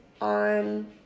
on